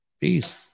Peace